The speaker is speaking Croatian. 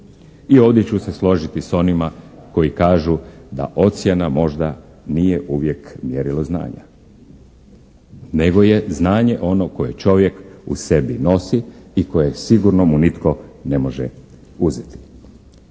I ovdje ću se složiti s onima koji kažu da ocjena možda nije uvijek mjerilo znanja nego je znanje ono koje čovjek u sebi nosi i koje sigurno mu nitko ne može uzeti.